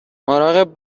مراقب